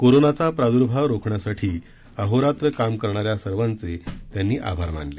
कोरोनाचा प्रादुर्भाव रोखण्यासाठी अहोरात्र काम करणाऱ्या सर्वांचे त्यांनी आभार मानले